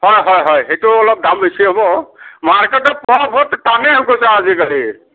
হয় হয় হয় সেইটো অলপ দাম বেছি হ'ব মাৰ্কেটত পোৱা বহুত টানেই হৈ গৈছে আজিকালি